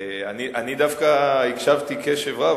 אני דווקא הקשבתי קשב רב,